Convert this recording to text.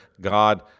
God